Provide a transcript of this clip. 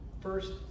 First